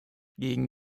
gegen